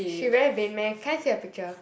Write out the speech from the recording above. she very vain meh can I see a picture